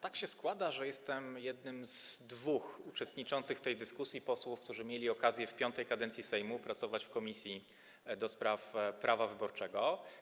Tak się składa, że jestem jednym z dwóch uczestniczących w tej dyskusji posłów, którzy mieli okazję w V kadencji Sejmu pracować w komisji do spraw prawa wyborczego.